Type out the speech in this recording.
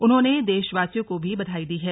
उन्होंने देशवासियों को भी बधाई दी है